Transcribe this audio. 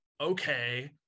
Okay